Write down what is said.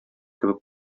кебек